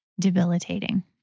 debilitating